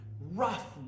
rough